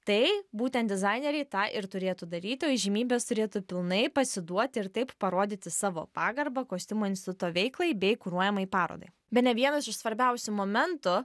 tai būtent dizaineriai tą ir turėtų daryti o įžymybės turėtų pilnai pasiduoti ir taip parodyti savo pagarbą kostiumų instituto veiklai bei kuruojamai parodai bene vienas iš svarbiausių momentų